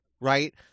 right